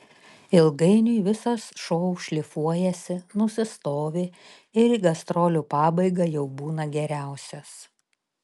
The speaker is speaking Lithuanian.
ilgainiui visas šou šlifuojasi nusistovi ir į gastrolių pabaigą jau būna geriausias